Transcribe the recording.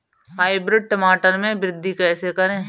Hybrid टमाटर में वृद्धि कैसे करें?